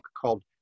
called